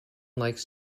likes